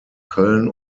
köln